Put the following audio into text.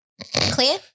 Clear